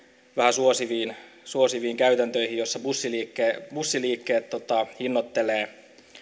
suosiviin suosiviin käytäntöihin joissa bussiliikkeet bussiliikkeet hinnoittelevat